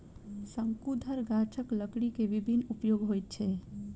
शंकुधर गाछक लकड़ी के विभिन्न उपयोग होइत अछि